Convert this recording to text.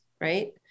right